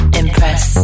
impress